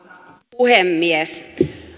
puhemies